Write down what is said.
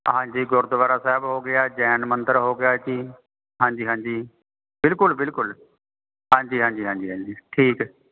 ਹਾਂਜੀ ਗੁਰਦੁਆਰਾ ਸਾਹਿਬ ਹੋ ਗਿਆ ਜੈਨ ਮੰਦਰ ਹੋ ਗਿਆ ਜੀ ਹਾਂਜੀ ਹਾਂਜੀ ਬਿਲਕੁਲ ਬਿਲਕੁਲ ਹਾਂਜੀ ਹਾਂਜੀ ਹਾਂਜੀ ਹਾਂਜੀ ਠੀਕ ਹੈ